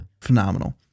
Phenomenal